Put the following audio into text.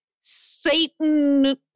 Satan